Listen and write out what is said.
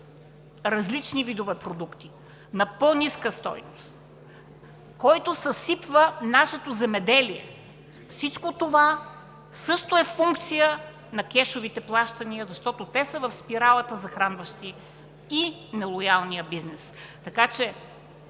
различни видове продукти на по-ниска стойност, което съсипва нашето земеделие, всичко това също е функция на кешовите плащания, защото те са в спиралата, захранваща и нелоялния бизнес. Мислете,